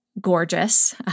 gorgeous